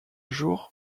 jours